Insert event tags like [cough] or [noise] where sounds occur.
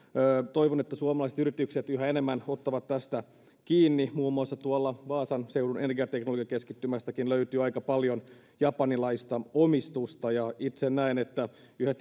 toivon että suomalaiset yritykset yhä enemmän ottavat tästä kiinni muun muassa vaasan seudun energiateknologiakeskittymästäkin löytyy aika paljon japanilaista omistusta ja itse näen että yhä [unintelligible]